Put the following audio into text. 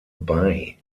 bei